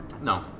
no